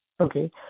Okay